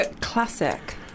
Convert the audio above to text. classic